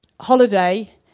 holiday